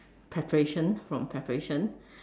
preparation from preparation